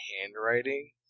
handwriting